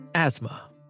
Asthma